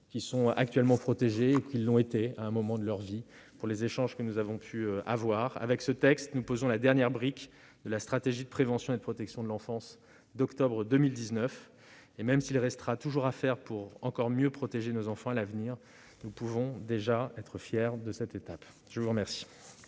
qui sont actuellement protégés et les personnes qui l'ont été à un moment de leur vie, pour les échanges que nous avons eus. Avec ce texte, nous posons la dernière brique de la stratégie nationale de prévention et de protection de l'enfance d'octobre 2019. Même s'il restera toujours à faire pour encore mieux protéger nos enfants à l'avenir, nous pouvons déjà être fiers de cette étape. Nous passons